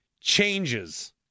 changes